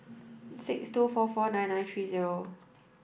six two four four nine nine three zero